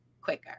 quicker